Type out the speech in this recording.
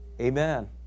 Amen